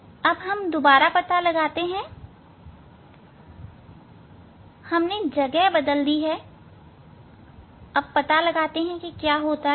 अब मैं दोबारा पता लगा लूंगा हाँ मैंने जगह बदल दी है और पता लगाते हैं क्या होता है